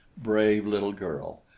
brave little girl!